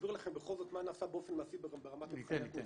להסביר לכם בכל זאת מה נעשה באופן מעשי ברמת מבחני התמיכה.